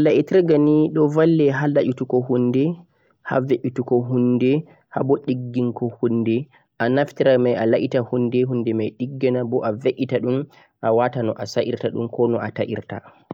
leggal la'itirgha ni do valle ha la'itugo hunde ha ve'itugo hunde ha boh diggungo hunde boh a naftirai mai a la'ita hunde hunde mai diggina boh a ve'ita dhum a wata no'a sa'irta dhum ko no'a ta'irta dhum